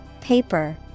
paper